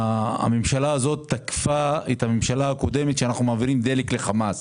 הממשלה הזאת תקפה את הממשלה הקודמת על כך שהיא מעבירה דלק לחמאס